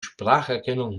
spracherkennung